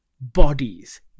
bodies